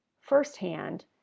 firsthand